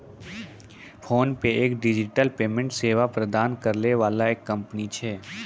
PhonePe एक digital payment सेवा प्रदान करै वाला एक कंपनी छै